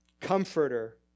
Comforter